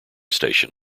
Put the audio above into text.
station